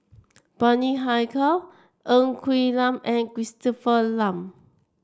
Bani Haykal Ng Quee Lam and Christopher Lan